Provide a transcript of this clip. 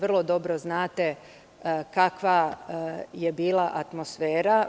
Vrlo dobro znate kakva je bila atmosfera.